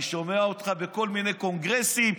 אני שומע אותך בכל מיני קונגרסים,